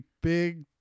big